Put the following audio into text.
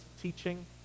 teaching